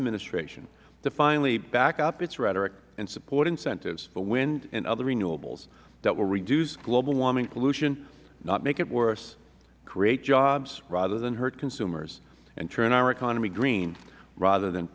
administration to finally back up its rhetoric and support incentives for wind and other renewables that will reduce global warming pollution not make it worse create jobs rather than hurt consumers and turn our economy green rather than